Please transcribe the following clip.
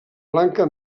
blanca